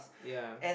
ya